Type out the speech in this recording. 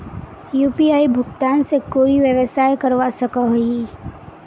UPI भुगतान से कोई व्यवसाय करवा सकोहो ही?